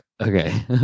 Okay